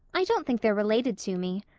i don't think they're related to me.